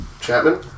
Chapman